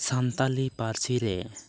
ᱥᱟᱱᱛᱟᱲᱤ ᱯᱟᱹᱨᱥᱤ ᱨᱮ